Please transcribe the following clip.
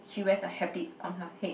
she wear a habit on her head